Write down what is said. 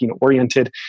oriented